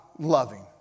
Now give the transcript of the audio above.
loving